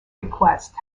request